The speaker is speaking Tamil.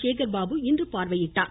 சேகர் பாபு இன்று பார்வையிட்டார்